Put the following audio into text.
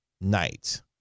night